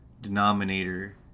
denominator